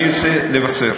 אני רוצה לבשר